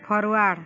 forward